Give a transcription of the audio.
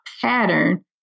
pattern